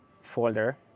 folder